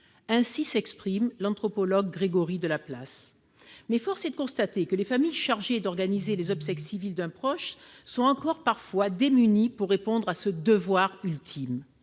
ainsi s'exprime l'anthropologue Grégory de la place, mais force est de constater que les familles, chargé d'organiser les obsèques civiles d'un proche sont encore parfois démuni pour répondre à se devoir ultime